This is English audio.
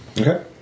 Okay